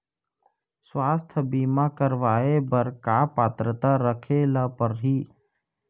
स्वास्थ्य बीमा करवाय बर का पात्रता रखे ल परही?